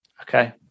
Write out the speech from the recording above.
Okay